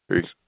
Peace